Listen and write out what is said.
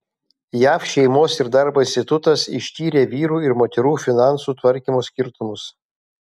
jav šeimos ir darbo institutas ištyrė vyrų ir moterų finansų tvarkymo skirtumus